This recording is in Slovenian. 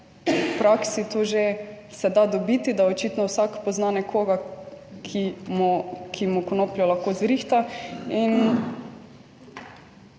v praksi to že se da dobiti, da očitno vsak pozna nekoga, ki mu konopljo lahko zrihta